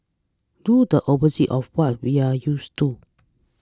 do the opposite of what we are used to